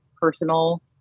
personal